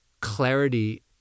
clarity